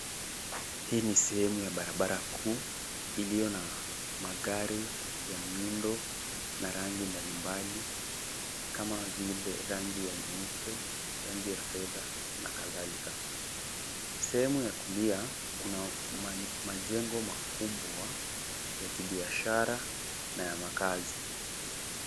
Hii ni sehemu ya barabara kuu iliyo na magari ya miundo na rangi mbalimbali, kama vile rangi ya nyeupe, rangi ya fedha na kadhalika. Sehemu ya kulia kuna majengo makubwa ya kibiashara na ya makazi.